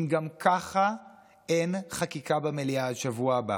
אם גם ככה אין חקיקה במליאה עד השבוע הבא,